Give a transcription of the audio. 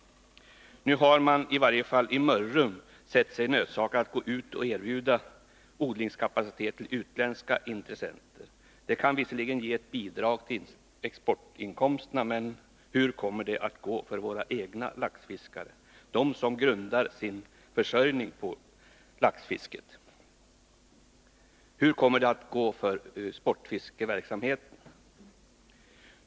Nu har man i varje fall i Mörrum sett sig nödsakad att gå ut och erbjuda odlingskapacitet till utländska intressenter. Det kan visserligen ge ett bidrag till exportinkomsterna, men hur kommer det att gå för våra egna laxfiskare, som grundar sin försörjning på laxfisket? Hur kommer det att gå för sportfiskeverksamheten?